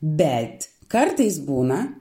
bet kartais būna